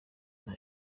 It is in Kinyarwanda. nta